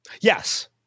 Yes